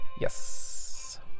yes